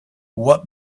what